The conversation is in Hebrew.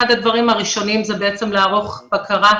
אחד הדברים הראשונים זה לערוך בקרה מקצועית,